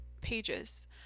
pages